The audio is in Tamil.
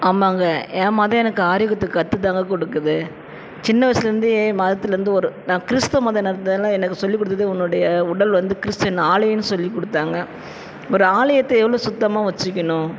ஆமாங்க என் மதம் எனக்கு ஆரோக்கியத்தை கற்றுத்தாங்க கொடுக்குது சின்ன வயசிலேருந்தே மதத்தில் இருந்து ஒரு நான் கிறிஸ்துவ மதம்ருந்ததுல்ல எனக்கு சொல்லி கொடுத்ததே உன்னுடைய உடல் வந்து கிறிஸ்ட்டின் ஆலயம்ன்னு சொல்லி கொடுத்தாங்க ஒரு ஆலயத்தை எவ்வளோ சுத்தமாக வச்சுக்கணும்